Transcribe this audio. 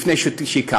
לפני שהיא קמה.